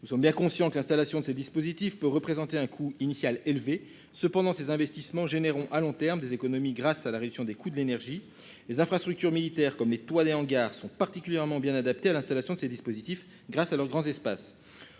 Nous sommes bien conscients que l'installation de ces dispositifs peut représenter un coût initial élevé cependant ces investissements généreront à long terme des économies grâce à la révision des coûts de l'énergie. Les infrastructures militaires comme. Hangars sont particulièrement bien adapté à l'installation de ces dispositifs grâce à leurs grands espaces